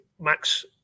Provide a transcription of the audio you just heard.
Max